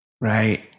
right